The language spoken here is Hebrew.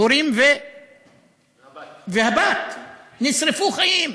ההורים והבת נשרפו חיים,